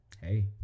hey